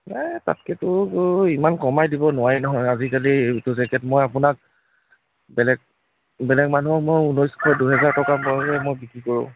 এই তাতকৈতো ইমান কমাই দিব নোৱাৰি নহয় আজিকালি এইটো জেকেট মই আপোনাক বেলেগ বেলেগ মানুহক মই ঊনৈছশ দুহেজাৰ টকা তেনেকৈ বিক্ৰী মই কৰোঁ